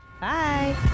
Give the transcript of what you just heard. Bye